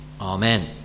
Amen